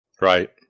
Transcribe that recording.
Right